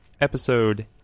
episode